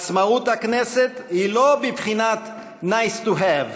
עצמאות הכנסת היא לא בבחינת nice to have,